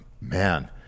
man